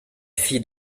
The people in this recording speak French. fille